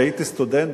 כשהייתי סטודנט,